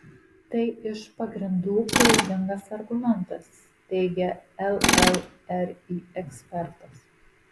tai iš pagrindų klaidingas argumentas teigia llri ekspertas